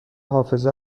حافظه